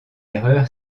erreur